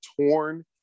torn